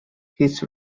his